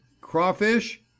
Crawfish